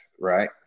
right